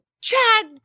Chad